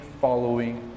following